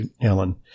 Ellen